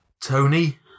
Tony